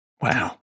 Wow